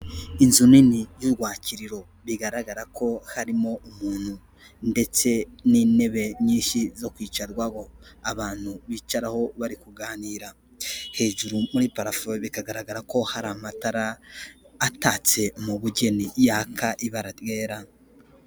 Inzu nini y'ubwakiririro, bigaragara ko harimo umuntu ndetse n'intebe nyinshi zo kwicarwaho, abantu bicaraho bari kuganira, hejuru muri parafu bikagaragara ko hari amatara atatse mu bugeni, yaka ibara ryera.